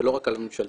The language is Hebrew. ולא רק על הממשלתיים,